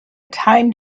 time